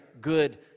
good